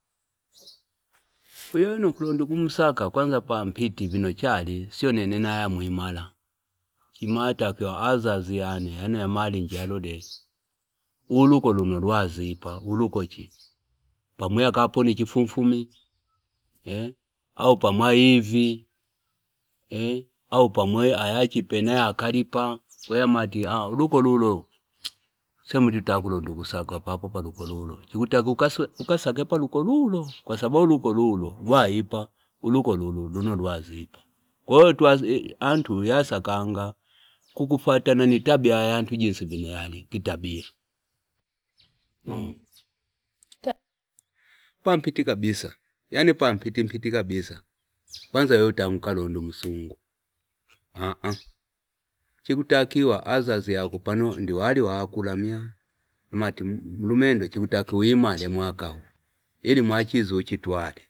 Wiya uno ngulonda kumusaka kwa pampiti vino chali siyo nene niyamwimala chimatakiwa azazi yane ayano yamalingi yalole uluko luno yazipa nguliko chi pamwi yakapona chifufumi eh! au pamwi eh! yivi au pamwi ayachipena yakaliga ko yamati a uluka lula swemi tuti kulonda kusaka papo pano kulenda chikutakiwa ukasake paliko lula kwa sababu aluku llola lwaipalakini uluka alunolwazipa ko antu ya sakanga kukusatana nitaimba ya yantu vino yali tabia, pampiti kabisa yani pampiti mpiti kabisa kwanza wewe utange ukalonde msungu ah ah chikutakiwa azazi yako pano ngiwali wakula mya yamati mtunenda chikutakiwa uimale mwaka u ili mwashizo uchi tawale,